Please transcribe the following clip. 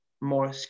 more